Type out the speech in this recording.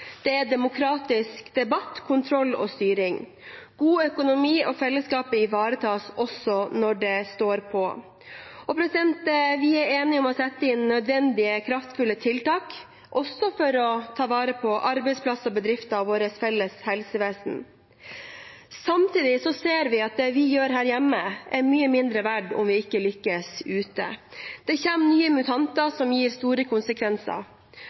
det er demokratisk debatt, kontroll og styring. Vi har god økonomi, og fellesskapet ivaretas også når det står på. Vi er enige om å sette inn nødvendige kraftfulle tiltak, også for å ta vare på arbeidsplasser og bedrifter og vårt felles helsevesen. Samtidig ser vi at det vi gjør her hjemme, er mye mindre verdt om vi ikke lykkes ute. Det kommer nye mutanter som gir store konsekvenser.